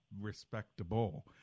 respectable